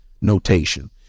notation